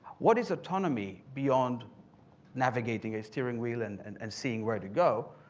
what is autonomy beyond navigating a steering wheel and and and seeing where to go.